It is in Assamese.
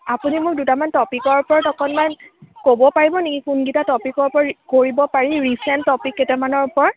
আপুনি মোক দুটামান টপিকৰ ওপৰত অকণমান ক'ব পাৰিব নি কোনকিটা টপিকৰ ওপৰত কৰিব পাৰি ৰিচেণ্ট টপিক কেইটামানৰ ওপৰত